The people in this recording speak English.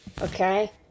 Okay